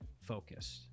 focused